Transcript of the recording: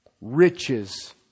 riches